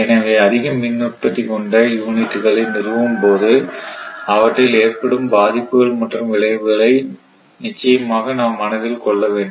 எனவே அதிக மின்உற்பத்தி திறன் கொண்ட யூனிட்டுகளை நிறுவும் போது அவற்றில் ஏற்படும் பாதிப்புகள் மற்றும் விளைவுகளை நிச்சயமாக நாம் மனதில் கொள்ள வேண்டும்